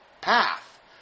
path